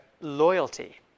loyalty